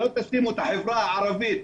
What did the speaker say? ולא תשימו את החברה הערבית